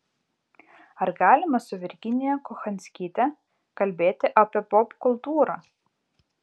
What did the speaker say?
ar galima su virginija kochanskyte kalbėti apie popkultūrą